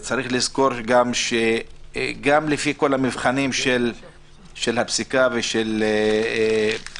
צריך לזכור שגם לפי כל המבחנים של הפסיקה ושל בג"ץ,